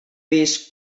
vist